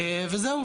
וזהו.